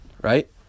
Right